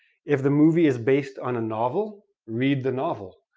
if the movie is based on a novel, read the novel.